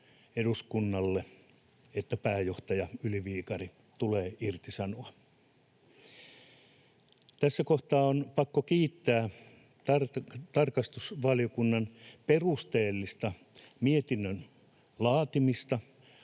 eduskunnalle, että pääjohtaja Yli-Viikari tulee irtisanoa. Tässä kohtaa on pakko kiittää tarkastusvaliokunnan perusteellista mietinnön laatimista